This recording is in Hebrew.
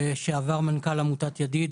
לשעבר מנכ"ל עמותת ידיד,